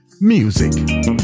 Music